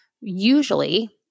usually